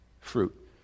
fruit